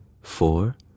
four